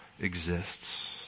exists